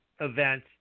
event